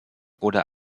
oder